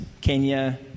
Kenya